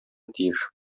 тиеш